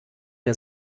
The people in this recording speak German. der